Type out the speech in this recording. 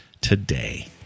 today